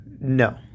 No